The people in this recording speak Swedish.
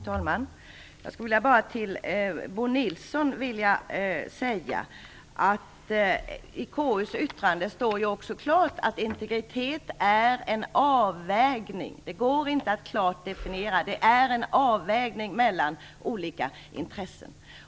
Fru talman! Jag skulle bara vilja säga till Bo Nilsson att det i KU:s yttrande står klart att integritet är en avvägning mellan olika intressen. Det går alltså inte att klart definiera.